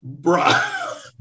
Bruh